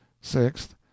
sixth